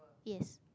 yes